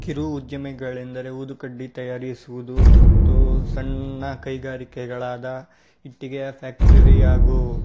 ಕಿರು ಉದ್ಯಮಿಗಳೆಂದರೆ ಊದುಕಡ್ಡಿ ತಯಾರಿಸುವುದು ಮತ್ತು ಸಣ್ಣ ಕೈಗಾರಿಕೆಗಳಾದ ಇಟ್ಟಿಗೆಯ ಫ್ಯಾಕ್ಟರಿ ಹಾಗೂ